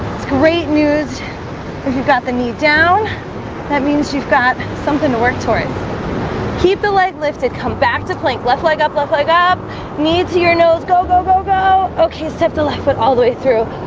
great news if you've got the knee down that means you've got something to work towards keep the leg lifted come back to plank left leg up left leg up knee to your nose. go go go go okay, step the left foot all the way through.